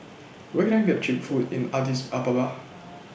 Where Can I get Cheap Food in Addis Ababa